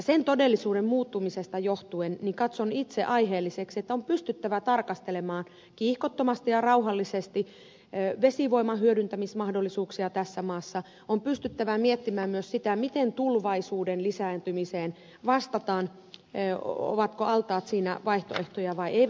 sen todellisuuden muuttumisesta johtuen katson itse aiheelliseksi että on pystyttävä tarkastelemaan kiihkottomasti ja rauhallisesti vesivoiman hyödyntämismahdollisuuksia tässä maassa on pystyttävä miettimään myös sitä miten tulvaisuuden lisääntymiseen vastataan ovatko altaat siinä vaihtoehtoja vai eivätkö ole